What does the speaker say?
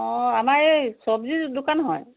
অঁ আমাৰ এই চব্জিৰ দোকান হয়